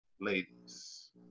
ladies